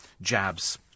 jabs